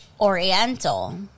Oriental